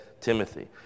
Timothy